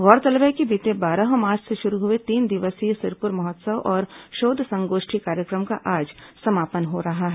गौरतलब है कि बीते बारह मार्च से शुरू हुए तीन दिवसीय सिरपुर महोत्सव और शोध संगोष्ठी कार्यक्रम का आज समापन हो रहा है